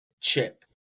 chip